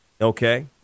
Okay